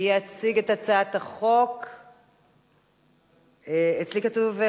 אני קובעת שהצעת החוק עברה בקריאה הראשונה ותחזור לוועדת החוקה,